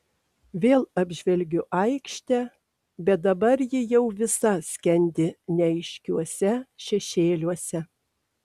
vėl apžvelgiu aikštę bet dabar ji jau visa skendi neaiškiuose šešėliuose